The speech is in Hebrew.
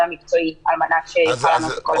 המקצועי על מנת שיוכל לענות לכל השאלות שלכם.